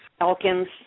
Elkins